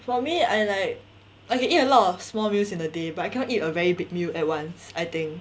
for me I like I can eat a lot of small meals in a day but I cannot eat a very big meal at once I think